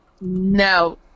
No